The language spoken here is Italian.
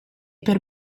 per